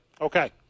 Okay